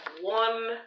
one